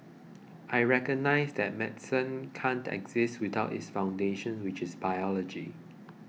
I recognise that medicine can't exist without its foundations which is biology